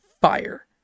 fire